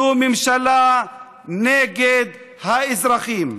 זו ממשלה נגד האזרחים.